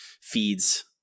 feeds